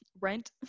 rent